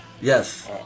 Yes